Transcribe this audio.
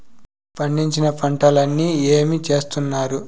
పండించిన పంటలని ఏమి చేస్తున్నారు?